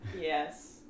Yes